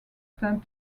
tend